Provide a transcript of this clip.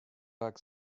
like